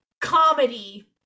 comedy